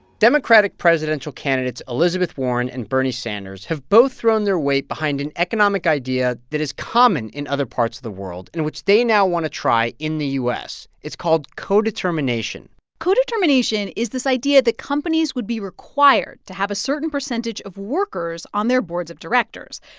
democratic presidential candidates elizabeth warren and bernie sanders have both thrown their weight behind an economic idea that is common in other parts of the world and which they now want to try in the u s. it's called codetermination codetermination is this idea that companies would be required to have a certain percentage of workers on their boards of directors.